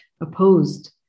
opposed